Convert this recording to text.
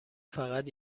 فقط